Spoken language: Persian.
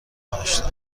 داشتم